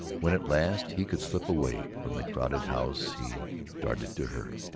when at last he could slip away from the crowded house he darted to her.